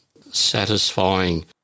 satisfying